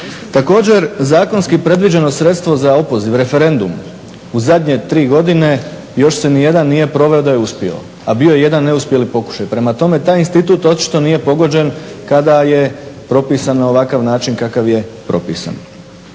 Također, zakonski predviđeno sredstvo za opoziv, referendum u zadnje tri godine još se ni jedan nije proveo da je uspio, a bio je jedan neuspjeli pokušaj. Prema tome, taj institut očito nije pogođen kada je propisan na ovakav način na kakav je propisan.